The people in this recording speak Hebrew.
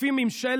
רודפים עם שלג,